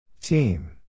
Team